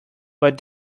but